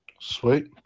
Sweet